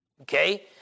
Okay